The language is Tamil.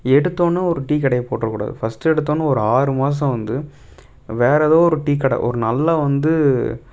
எடுத்தோடன்ன ஒரு டீ கடையை போட்டுறக்கூடாது ஃபஸ்ட் எடுத்தோடன்ன ஒரு ஆறு மாசம் வந்து வேற எதோ ஒரு டீ கடை ஒரு நல்லா வந்து